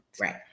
right